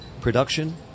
production